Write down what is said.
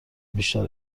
بیشتر